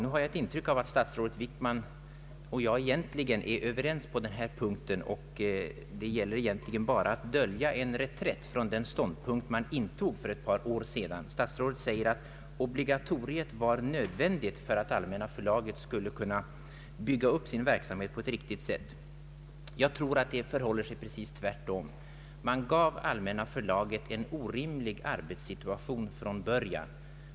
Jag har ett intryck av att statsrådet Wickman egentligen är överens med mig på denna punkt och att det snarast gäller att dölja en reträtt från den ståndpunkt man intog för ett par år sedan. Statsrådet säger att obligatoriet var nödvändigt för att Allmänna förlaget skulle kunna bygga upp sin verksamhet på ett riktigt sätt. Jag tror att det förhåller sig precis tvärtom. Man gav Allmänna förlaget en orimlig arbetssituation från början.